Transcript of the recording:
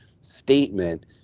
statement